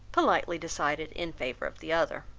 politely decided in favour of the other.